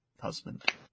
husband